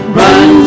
run